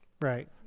right